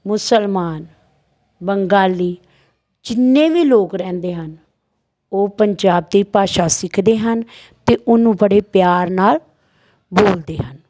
ਮੁਸਲਮਾਨ ਬੰਗਾਲੀ ਜਿੰਨੇ ਵੀ ਲੋਕ ਰਹਿੰਦੇ ਹਨ ਉਹ ਪੰਜਾਬ ਦੀ ਭਾਸ਼ਾ ਸਿੱਖਦੇ ਹਨ ਅਤੇ ਉਹਨੂੰ ਬੜੇ ਪਿਆਰ ਨਾਲ ਬੋਲਦੇ ਹਨ